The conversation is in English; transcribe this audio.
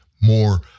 more